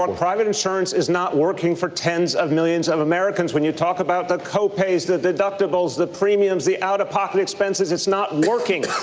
and private insurance is not working for tens of millions of americans. when you talk about the copays, the deductibles, the premiums, the out-of-pocket expenses, it's not working.